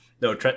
no